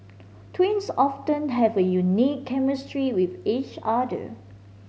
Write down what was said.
twins often have a unique chemistry with each other